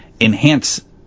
enhance